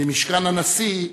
ממשכן הנשיא,